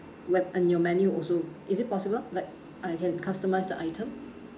web on your menu also is it possible like I can customise the item